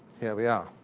here we are.